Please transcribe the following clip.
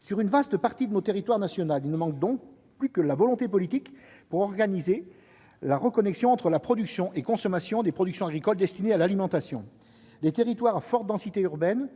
Sur une vaste partie de notre territoire national, il ne manque donc plus que la volonté politique pour organiser la reconnexion entre production et consommation de produits agricoles destinés à l'alimentation. Les territoires à forte densité urbaine